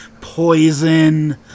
Poison